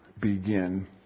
begin